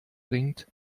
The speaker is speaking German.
bringt